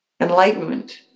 enlightenment